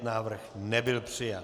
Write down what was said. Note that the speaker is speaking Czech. Návrh nebyl přijat.